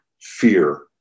fear